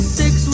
six